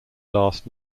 last